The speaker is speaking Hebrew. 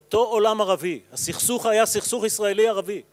תו עולם ערבי, הסכסוך היה סכסוך ישראלי ערבי